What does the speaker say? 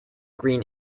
green